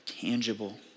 tangible